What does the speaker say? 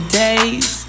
days